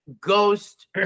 ghost